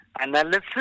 Analysis